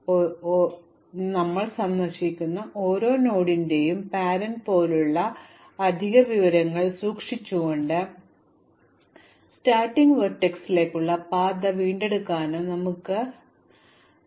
ഞങ്ങൾ സന്ദർശിക്കുന്ന ഓരോ നോഡിന്റെയും രക്ഷകർത്താവ് പോലുള്ള അധിക വിവരങ്ങൾ സൂക്ഷിച്ചുകൊണ്ട് ആരംഭ വെർട്ടക്സിലേക്കുള്ള പാത വീണ്ടെടുക്കാനും ഞങ്ങൾക്ക് കഴിയും